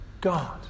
God